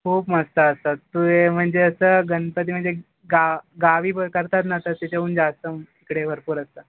खूप मस्त असतात तू ये म्हणजे असं गणपती म्हणजे गा गावी बसवतात ना त्याच्याहून जास्त इकडे भरपूर असतात